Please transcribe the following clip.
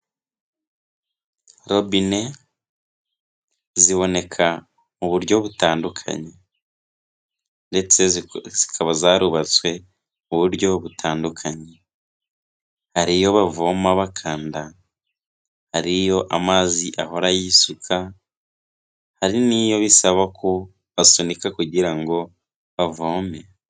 Robine ziboneka mu buryo butandukanye ndetse zikaba zarubatswe mu buryo butandukanye. Hari iyo bavoma bakanda, hari iyo amazi ahora yisuka, hari n'iyo bisaba ko basunika kugira ngo bavome.